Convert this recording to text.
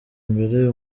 mbere